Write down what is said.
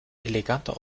eleganter